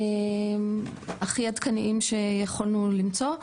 הכי עדכניים שיכולנו למצוא.